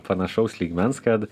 panašaus lygmens kad